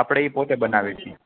આપડે ઇ પોતે બનાવીએ છીએ